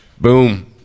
Boom